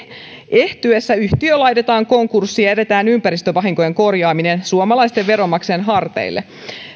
ehtyessä yhtiö laitetaan konkurssiin ja jätetään ympäristövahinkojen korjaaminen suomalaisten veronmaksajien harteille